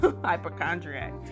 hypochondriac